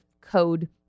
code